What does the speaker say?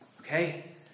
Okay